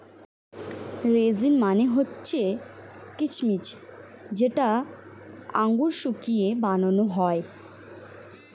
raisin মানে হচ্ছে কিচমিচ যেটা আঙুর শুকিয়ে বানানো হয়